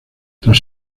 tras